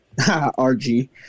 Rg